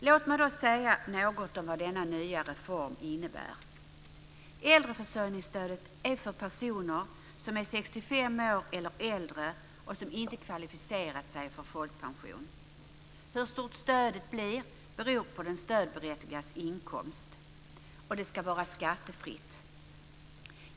Låt mig då säga något om vad denna nya reform innebär. år eller äldre och som inte kvalificerat sig för folkpension. Hur stort stödet blir beror på den stödberättigades inkomst. Det ska vara skattefritt.